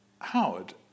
Howard